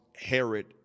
Herod